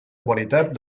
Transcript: qualitat